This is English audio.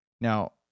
now